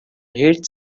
hate